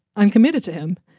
i'm committed to him.